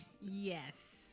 Yes